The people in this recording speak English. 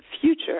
future